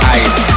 ice